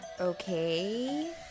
okay